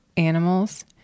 animals